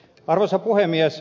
arvoisa puhemies